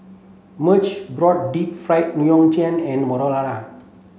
Marge brought Deep Fried Ngoh Hiang and Marlana